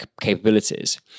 capabilities